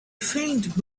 faint